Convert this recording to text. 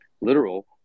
literal